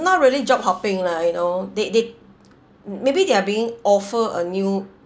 not really job hopping lah you know they they maybe they are being offer a new